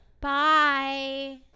Bye